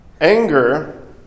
Anger